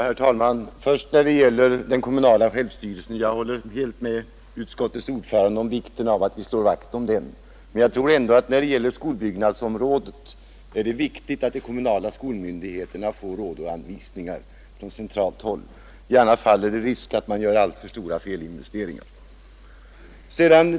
Herr talman! När det gäller den kommunala självstyrelsen håller jag helt med utskottets ordförande om vikten av att vi slår vakt om den. Men jag tror att i fråga om skolbyggnadsområdet är det viktigt att de kommunala skolmyndigheterna får råd och anvisningar från centralt håll. I annat fall är det risk för att man gör alltför stora felinvesteringar.